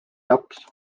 laps